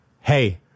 hey